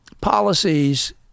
policies